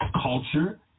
Culture